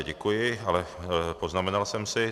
Děkuji, ale poznamenal jsem si.